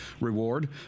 reward